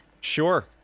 Sure